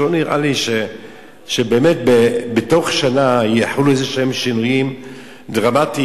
לא נראה לי שתוך שנה יחולו איזשהם שינויים דרמטיים,